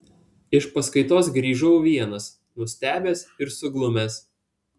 iš paskaitos grįžau vienas nustebęs ir suglumęs